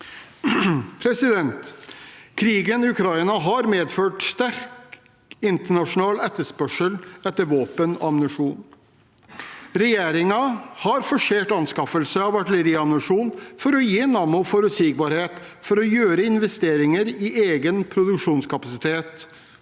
verden. Krigen i Ukraina har medført sterk internasjonal etterspørsel etter våpen og ammunisjon. Regjeringen har forsert anskaffelse av artilleriammunisjon for å gi Nammo forutsigbarhet for å gjøre investeringer i egen produksjonskapasitet